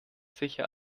sicher